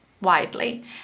widely